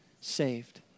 Saved